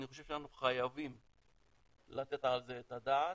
אני חושב שאנחנו חייבים לתת על זה את הדעת.